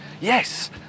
Yes